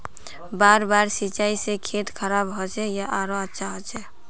बार बार सिंचाई से खेत खराब होचे या आरोहो अच्छा होचए?